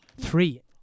Three